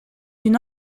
une